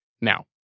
Now